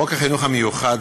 חוק החינוך המיוחד,